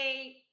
eight